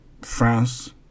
France